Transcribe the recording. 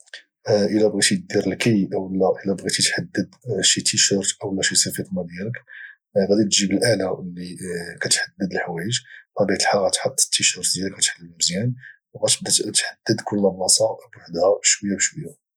الى بغيتي دير الكي اولى الى بغيتي تحدد شي تيشورت اولى شي سيفيطما ديالك غادي دجيب الألة اللي كتحدد الحوايج بطبيعة الحال غادي تحط التيشورت ديالك غادي تحلو مزيان او غتبدا تحدد كل بلاصة بوحدها شوية بشوية